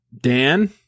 Dan